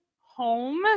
home